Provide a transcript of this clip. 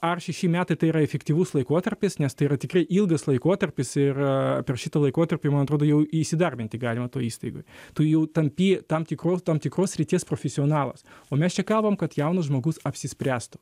ar šeši metai tai yra efektyvus laikotarpis nes tai yra tikrai ilgas laikotarpis ir per šitą laikotarpį man atrodo jau įsidarbinti galima toj įstaigoj tu jau tampi tam tikro tam tikros srities profesionalas o mes čia kalbam kad jaunas žmogus apsispręstų